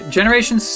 Generation